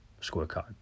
scorecard